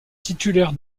titulaire